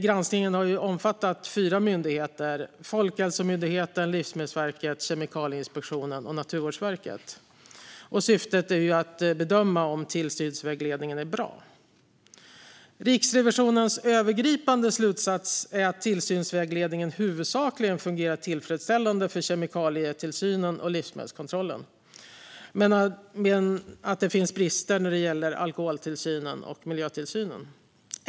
Granskningen har omfattat fyra myndigheter: Folkhälsomyndigheten, Livsmedelsverket, Kemikalieinspektionen och Naturvårdsverket. Syftet har varit att bedöma om tillsynsvägledningen är bra. Riksrevisionens övergripande slutsats är att tillsynsvägledningen huvudsakligen fungerar tillfredsställande när det gäller kemikalietillsynen och livsmedelskontrollen men att det finns brister när det gäller alkoholtillsynen och miljötillsynen.